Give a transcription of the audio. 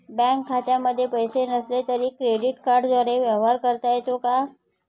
Bank खात्यामध्ये पैसे नसले तरी क्रेडिट कार्डद्वारे व्यवहार करता येतो का?